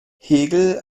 hegel